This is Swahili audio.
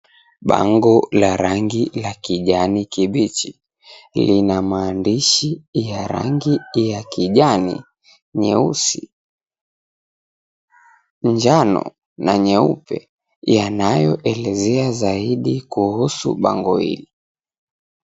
Bango la rangi ya kijani kibichi lina maandishi ya rangi ya kijani, nyeusi, njano na nyeupe yanayoelezea zaidi kuhusu bango hili.